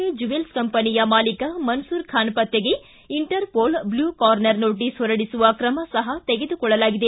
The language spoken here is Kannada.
ಎ ಜುವೆಲ್ಸ್ ಕಂಪನಿಯ ಮಾಲೀಕ ಮನ್ಸೂರ್ ಖಾನ್ ಪತ್ತೆಗೆ ಇಂಟರ್ಮೋಲ್ ಬ್ಲೂ ಕಾರ್ನರ್ ನೋಟಿಸ್ ಹೊರಡಿಸುವ ಕ್ರಮ ಸಹ ತೆಗೆದುಕೊಳ್ಳಲಾಗಿದೆ